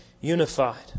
unified